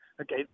Okay